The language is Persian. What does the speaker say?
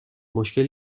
مشکل